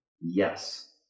Yes